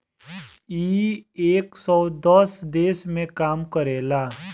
इ एक सौ दस देश मे काम करेला